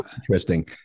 interesting